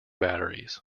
batteries